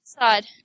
side